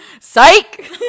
Psych